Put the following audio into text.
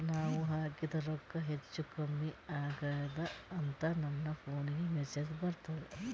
ನಾವ ಹಾಕಿದ ರೊಕ್ಕ ಹೆಚ್ಚು, ಕಮ್ಮಿ ಆಗೆದ ಅಂತ ನನ ಫೋನಿಗ ಮೆಸೇಜ್ ಬರ್ತದ?